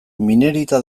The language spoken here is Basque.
minerita